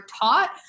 taught